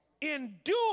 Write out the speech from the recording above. Endure